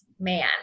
man